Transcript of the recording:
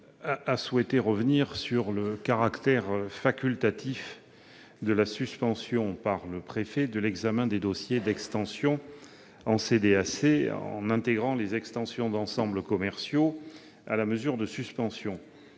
a souhaité revenir sur le caractère facultatif de la suspension par le préfet de l'examen des dossiers d'extension en CDAC, en intégrant les extensions d'ensembles commerciaux à la mesure de suspension.